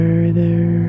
Further